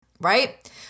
right